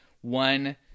one